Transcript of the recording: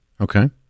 Okay